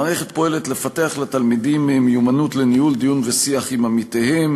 המערכת פועלת לפתח לתלמידים מיומנות לניהול דיון ושיח עם עמיתיהם